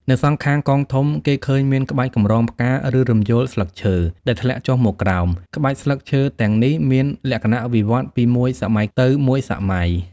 នៅសងខាងកងធំ គេឃើញមាន ក្បាច់កម្រងផ្កា ឬរំយោលស្លឹកឈើ ដែលធ្លាក់ចុះមកក្រោម ក្បាច់ស្លឹកឈើទាំងនេះមានលក្ខណៈវិវត្តន៍ពីមួយសម័យទៅមួយសម័យ។